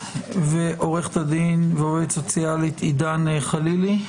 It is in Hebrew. עורכת הדין ועובדת סוציאלית עידן חלילי.